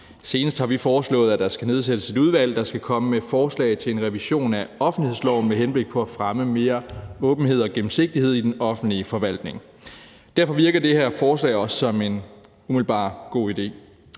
Senest har vi foreslået, at der skal nedsættes et udvalg, der skal komme med et forslag til en revision af offentlighedsloven med henblik på at fremme mere åbenhed og gennemsigtighed i den offentlige forvaltning. Derfor virker det her forslag også umiddelbart som en